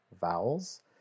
vowels